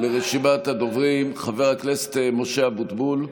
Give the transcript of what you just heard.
חבר הכנסת משה אבוטבול,